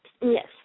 Yes